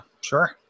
sure